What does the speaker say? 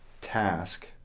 task